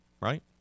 right